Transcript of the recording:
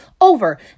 over